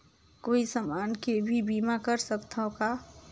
कोई समान के भी बीमा कर सकथव का?